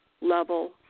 level